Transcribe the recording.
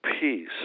peace